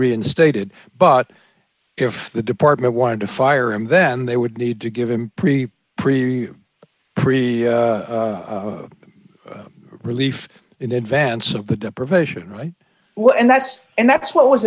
reinstated but if the department wanted to fire him then they would need to give him pretty preview pre relief in advance of the deprivation right well and that's and that's what was